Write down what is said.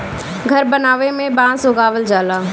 घर बनावे में बांस लगावल जाला